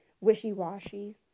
wishy-washy